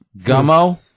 Gummo